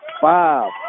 five